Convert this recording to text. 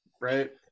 right